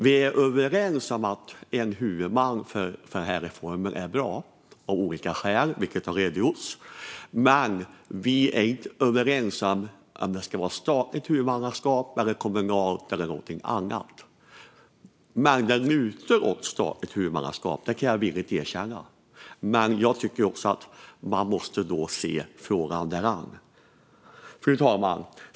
Vi är överens om att en huvudman för den här reformen är bra av olika skäl, vilket har redogjorts för, men vi är inte överens om huruvida huvudmannaskapet ska vara statligt, kommunalt eller någonting annat. Det lutar dock åt statligt huvudmannaskap, det kan jag villigt erkänna. Men jag tycker också att man måste se frågan däran. Fru talman!